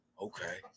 okay